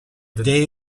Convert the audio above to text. day